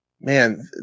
man